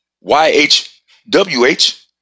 Y-H-W-H